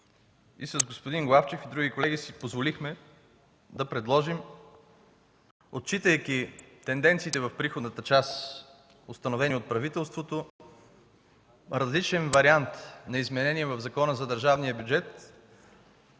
с господин Главчев и с други колеги си позволихме да предложим, отчитайки тенденциите в приходната част, установени от правителството, различен вариант на изменение в Закона за държавния бюджет,